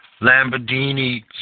Lamborghini